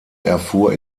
erfuhr